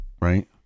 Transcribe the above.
right